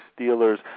Steelers